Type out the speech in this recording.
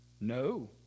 No